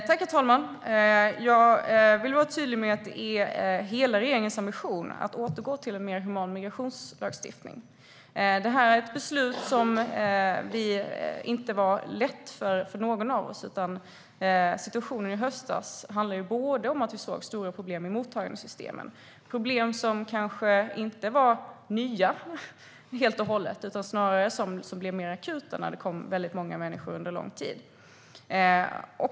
Herr talman! Jag vill vara tydlig med att det är hela regeringens ambition att återgå till en mer human migrationslagstiftning. Det här är ett beslut som inte var lätt för någon av oss. Situationen i höstas handlade bland annat om att vi såg stora problem i mottagningssystemen, problem som kanske inte var helt och hållet nya utan snarare blev mer akuta när det kom väldigt många människor under en lång tid.